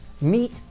Meet